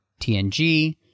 TNG